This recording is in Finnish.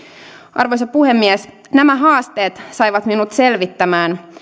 arvoisa puhemies nämä haasteet saivat minut selvittämään